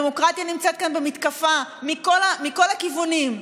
הדמוקרטיה נמצאת כאן במתקפה מכל הכיוונים: